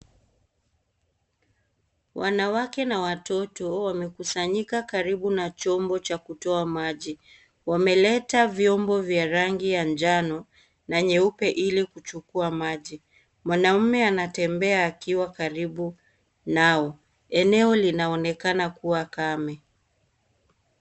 Wanawake na watoto, wamekusanyika karibu na chombo cha kutoa maji. Wameleta vyombo vya rangi ya njano na nyeupe ili kuchukua maji. Mwanamume anatembea akiwa karibu nao. Eneo linaonekana kuwa kame.